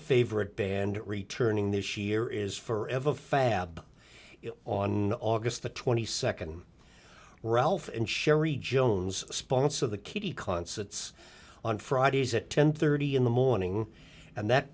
favorite band returning this year is for ever fab it on august the twenty second ralph and sherry jones sponsor the katy concerts on fridays at ten thirty in the morning and that